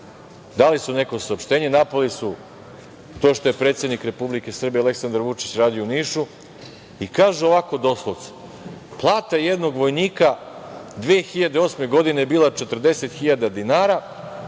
Dali su neko saopštenje, napali su to što je predsednik Republike Srbije Aleksandar Vučić radio u Nišu i kažu ovako doslovce – plata jednog vojnika 2008. godine bila 40 hiljada dinara,